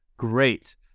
great